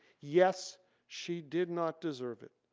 yes she did not deserve it.